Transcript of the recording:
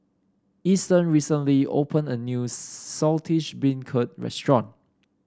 Easton recently opened a new Saltish Beancurd restaurant